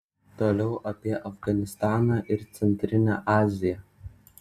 toliau apie afganistaną ir centrinę aziją